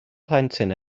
plentyn